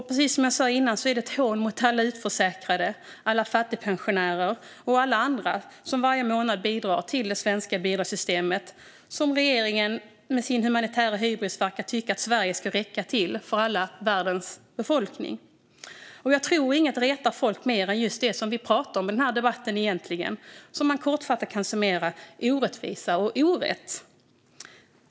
Precis som jag sa tidigare är det ett hån mot alla utförsäkrade, fattigpensionärer och alla andra som varje månad bidrar till det svenska bidragssystemet. Regeringen med sin humanitära hybris verkar tycka att Sverige ska räcka till för all världens befolkning. Jag tror inget retar folk mer än just det vi pratar om i denna debatt och som man kortfattat kan summera som orättvisa och orätt.